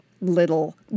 little